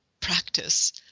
practice